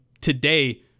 today